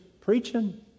preaching